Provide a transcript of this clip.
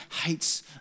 hates